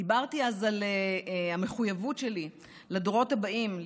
דיברתי אז על המחויבות שלי לדורות הבאים,